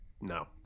No